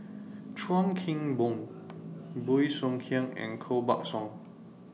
Chuan Keng Boon Bey Soo Khiang and Koh Buck Song